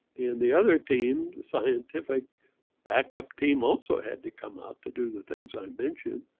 and the other team, the scientific backup team also had to come up to do the things i mentioned.